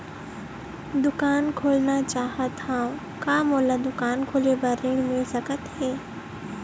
दुकान खोलना चाहत हाव, का मोला दुकान खोले बर ऋण मिल सकत हे?